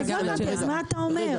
לא הבנתי, אז מה אתה אומר?